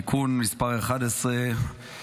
(תיקון מס' 11,